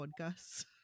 podcasts